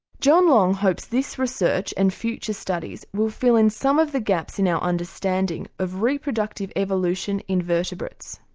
john long hopes this research and future studies will fill in some of the gaps in our understanding of reproductive evolution in vertebrates.